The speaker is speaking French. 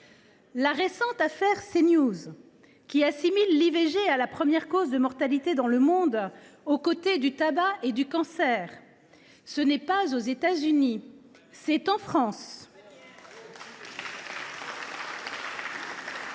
la récente affaire CNews, qui a assimilé l’IVG à la première cause de mortalité dans le monde, aux côtés du tabac et du cancer, a eu lieu. C’est en France